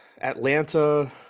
Atlanta